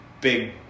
big